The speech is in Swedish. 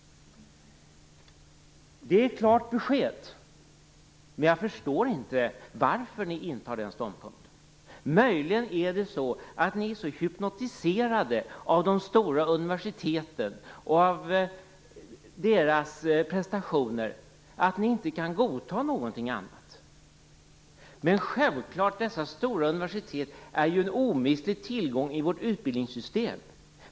Det är klara besked från Moderaterna. Men jag förstår inte varför de intar den ståndpunkten. Möjligen är det så att de är så hypnotiserade av de stora universiteten och av deras prestationer att de inte kan godta något annat. Men självklart är dessa stora universitet en omistlig tillgång i vårt utbildningssystem.